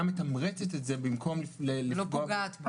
מתמרצת את זה במקום לפגוע --- ולא פוגעת.